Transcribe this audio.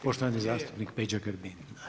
Poštovani zastupnik Peđa Grbin.